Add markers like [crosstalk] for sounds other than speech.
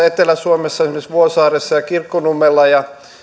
[unintelligible] etelä suomessa esimerkiksi vuosaaressa ja kirkkonummella ja